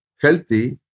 healthy